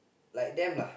like them lah